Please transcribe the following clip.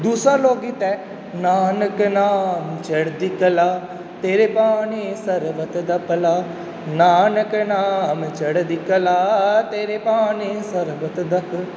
ਦੂਸਰਾ ਲੋਕ ਗੀਤ ਹੈ ਨਾਨਕ ਨਾਮੁ ਚੜ੍ਹਦੀ ਕਲਾ ਤੇਰੇ ਭਾਣੇ ਸਰਬਤ ਦਾ ਭਲਾ ਨਾਨਕ ਨਾਮੁ ਚੜ੍ਹਦੀ ਕਲਾ ਤੇਰੇ ਭਾਣੇ ਸਰਬਤ ਦਾ ਭ